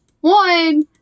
one